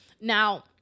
Now